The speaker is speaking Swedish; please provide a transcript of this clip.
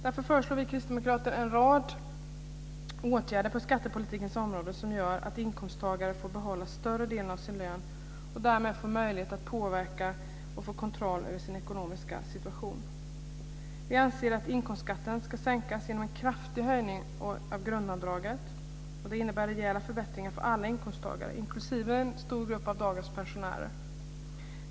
Därför föreslår vi kristdemokrater en rad åtgärder på skattepolitikens område som gör att inkomsttagare får behålla en större del av sin lön och därmed får möjlighet att påverka och få kontroll över sin ekonomiska situation. Vi anser att inkomstskatten ska sänkas genom en kraftig höjning av grundavdraget, och det innebär rejäla förbättringar för alla inkomsttagare inklusive en stor grupp av dagens pensionärer.